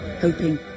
hoping